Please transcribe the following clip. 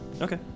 Okay